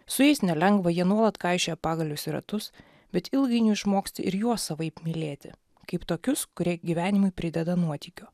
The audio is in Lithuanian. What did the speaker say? su jais nelengva jie nuolat kaišioja pagalius į ratus bet ilgainiui išmoksti ir juos savaip mylėti kaip tokius kurie gyvenimui prideda nuotykio